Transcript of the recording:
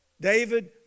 David